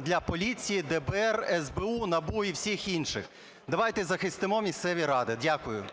для поліції, ДБР, СБУ, НАБУ і всіх інших. Давайте захистимо місцеві ради. Дякую.